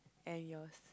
and yours